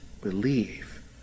believe